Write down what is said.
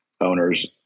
owners